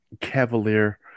cavalier